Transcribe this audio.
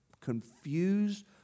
confused